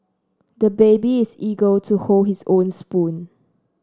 the baby is eager to hold his own spoon